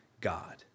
God